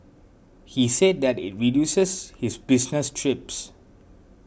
he said that it reduces his business trips